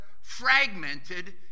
fragmented